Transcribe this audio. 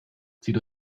zieht